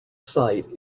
site